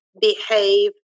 behave